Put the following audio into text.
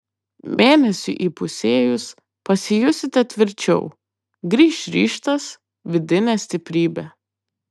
mėnesiui įpusėjus pasijusite tvirčiau grįš ryžtas vidinė stiprybė